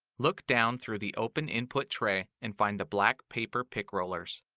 look down through the open input tray and find the black paper pick rollers.